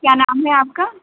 کیا نام ہے آپ کا